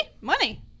Money